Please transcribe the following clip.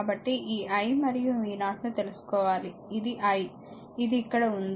కాబట్టి ఈ i మరియు v0 ను తెలుసుకోవాలి ఇది iఇది ఇక్కడ ఉంది